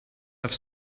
have